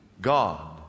God